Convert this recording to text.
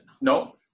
No